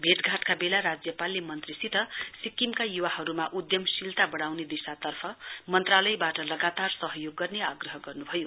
भेटघाटका वेला राज्यपालले मन्त्रीसित सिक्किमका य्वाहरुमा उद्धमशीलता वढ़ाउने दिशातर्फ मन्त्रालयवाट लगातार सहयोग गर्ने आग्रह गर्न्भयो